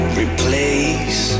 replace